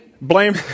Blame